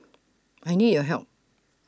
I need your help